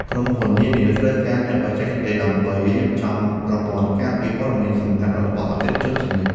ក្រុមហ៊ុននានាត្រូវការអ្នកបច្ចេកទេស ដើម្បីរៀបចំប្រព័ន្ធការពារព័ត៌មានសម្ងាត់របស់អតិថិជនជានិច្ច។